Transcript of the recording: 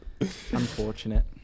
unfortunate